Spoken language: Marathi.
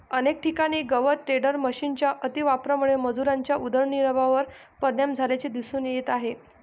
अनेक ठिकाणी गवत टेडर मशिनच्या अतिवापरामुळे मजुरांच्या उदरनिर्वाहावर परिणाम झाल्याचे दिसून येत आहे